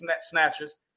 snatchers